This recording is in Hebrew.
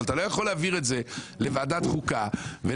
אבל אתה לא יכול להעביר את זה לוועדת חוקה ולצפות